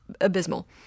abysmal